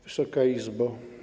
Wysoka Izbo!